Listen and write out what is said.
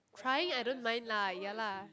trying I don't mind lah ya lah